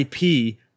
IP